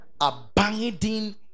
Abiding